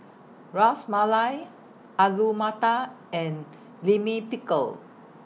Ras Malai Alu Matar and Lime Pickle